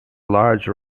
large